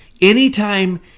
anytime